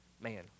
Man